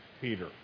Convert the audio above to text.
Peter